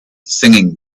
singing